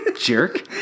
Jerk